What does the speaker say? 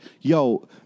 yo